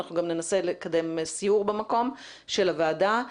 אנחנו גם ננסה לקדם סיור של הוועדה במקום.